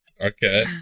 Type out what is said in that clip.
Okay